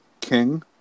King